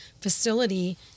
facility